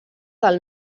del